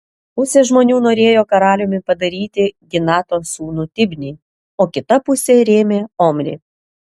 pusė žmonių norėjo karaliumi padaryti ginato sūnų tibnį o kita pusė rėmė omrį